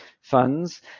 funds